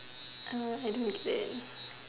er I do